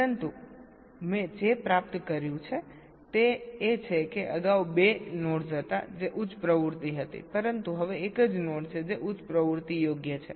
પરંતુ મેં જે પ્રાપ્ત કર્યું છે તે એ છે કે અગાઉ 2 નોડસ હતા જે ઉચ્ચ પ્રવૃત્તિ હતી પરંતુ હવે એક જ નોડ છે જે ઉચ્ચ પ્રવૃત્તિ યોગ્ય છે